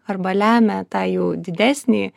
arba lemia tą jų didesnį